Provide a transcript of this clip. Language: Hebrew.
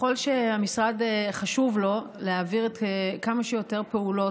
ככל שזה חשוב למשרד להעביר כמה שיותר פעולות,